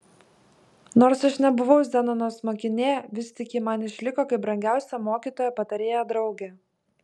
nors aš nebuvau zenonos mokinė vis tik ji man išliko kaip brangiausia mokytoja patarėja draugė